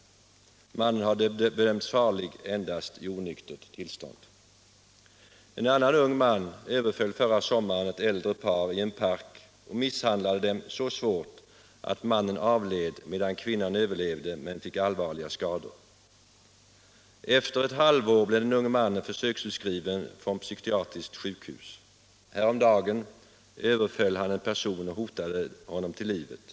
Mannen har bedömts farlig endast i onyktert tillstånd. En annan ung man överföll förra sommaren ett äldre par i en park och misshandlade dem så svårt att mannen avled, medan kvinnan överlevde men fick allvarliga skador. Efter ett halvår blev den unge mannen försöksutskriven från psykiatriskt sjukhus. Häromdagen överföll han en person och hotade honom till livet.